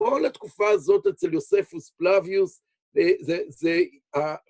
כל התקופה הזאת אצל יוספוס פלביוס